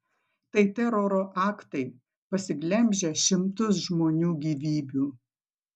tai teroro aktai pasiglemžę šimtus žmonių gyvybių